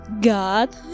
God